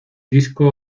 disco